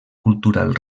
cultural